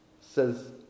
says